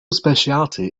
specialty